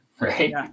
right